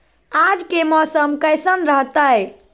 आज के मौसम कैसन रहताई?